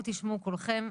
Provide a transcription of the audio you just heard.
ובואו תשמעו כולכם,